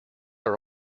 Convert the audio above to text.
are